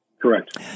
Correct